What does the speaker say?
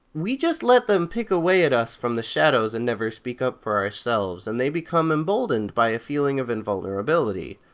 we just let them pick away at us from the shadows and never speak up for ourselves, and they become emboldened by a feeling of invulnerability.